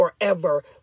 forever